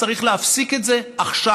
צריך להפסיק את זה עכשיו,